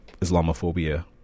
islamophobia